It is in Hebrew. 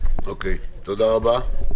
תודה רבה.